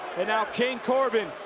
and now, king corbin,